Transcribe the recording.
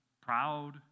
proud